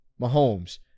Mahomes